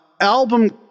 album